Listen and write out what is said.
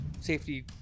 safety